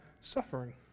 suffering